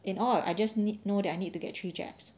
in all I just need know that I need to get three jabs